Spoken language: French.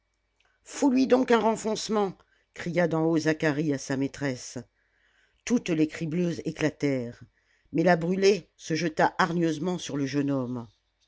fous lui donc un renfoncement cria d'en haut zacharie à sa maîtresse toutes les cribleuses éclatèrent mais la brûlé se jeta hargneusement sur le jeune homme